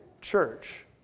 church